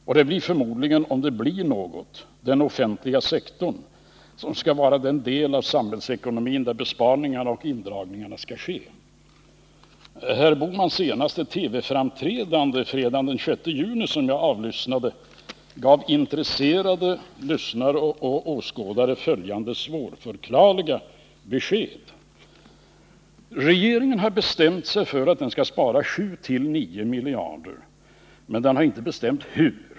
Och det blir förmodligen — om det blir något — den offentliga sektorn som skall vara den del av samhällsekonomin där besparingarna och indragningarna skall ske. Herr Bohmans senaste TV-framträdande, fredagen den 6 juni, som jag avlyssnade, gav intresserade lyssnare och åskådare följande svårförklarliga besked. Regeringen har bestämt sig för att den skall spara 7-9 miljarder, men den har inte bestämt hur.